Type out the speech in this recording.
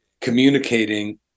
communicating